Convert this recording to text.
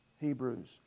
Hebrews